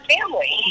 family